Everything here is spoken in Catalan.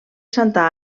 santa